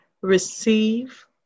receive